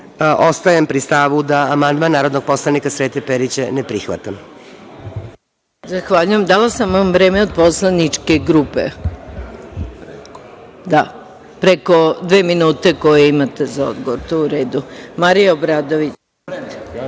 ostajem pri stavu da amandman narodnog poslanika Srete Perića ne prihvatam.